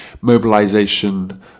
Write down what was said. mobilization